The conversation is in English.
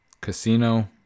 Casino